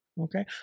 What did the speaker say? Okay